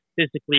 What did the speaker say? physically